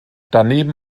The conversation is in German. daneben